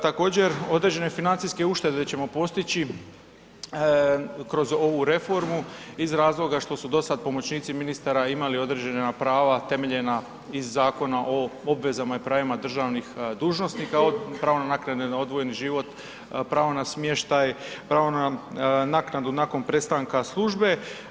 Također određene financijske uštede ćemo postići kroz ovu reformu iz razloga što su do sada pomoćnici ministara imali određena prava temeljena iz Zakona o obvezama i pravima državnih dužnosnika od pravo naknade na odvojeni život, pravo na smještaj, pravo na naknadu nakon prestanka službe.